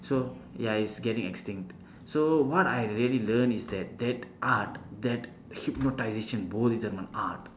so ya it's getting extinct so what I really learn is that art that hypnotisation bodhidharma art